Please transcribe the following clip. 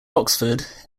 oxford